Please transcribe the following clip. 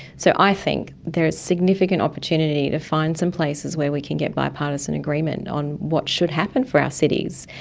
so i think there is significant opportunity to find some places where we can get bipartisan agreement on what should happen for our cities.